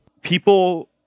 People